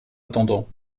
attendant